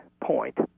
point